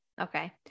Okay